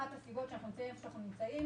אחת הסיבות שאנחנו נמצאים איפה שאנחנו נמצאים